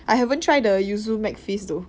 I haven't try the yuzu mcfizz though